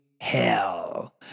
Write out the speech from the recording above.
Hell